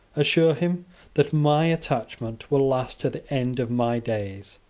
assure him that my attachment will last to the end of my days.